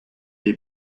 die